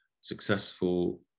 successful